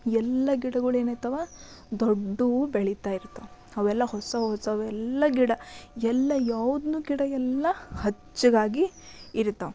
ಎಲ್ಲ ಗಿಡಗಳು ಏನಾಯ್ತವೆ ದೊಡ್ಡವು ಬೆಳಿತಾ ಇರ್ತವೆ ಅವೆಲ್ಲ ಹೊಸ ಹೊಸವೆಲ್ಲಾ ಗಿಡ ಎಲ್ಲ ಯಾವ್ದುನೂ ಗಿಡಎಲ್ಲ ಹಚ್ಚಗಾಗಿ ಇರ್ತವೆ